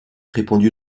répondit